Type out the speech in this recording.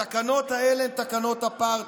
התקנות האלה הן תקנות אפרטהייד,